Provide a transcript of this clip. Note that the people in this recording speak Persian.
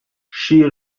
شیر